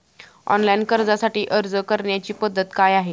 Online कर्जासाठी अर्ज करण्याची पद्धत काय आहे?